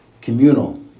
communal